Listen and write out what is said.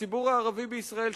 הציבור הערבי בישראל,